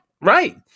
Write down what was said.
right